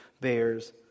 bears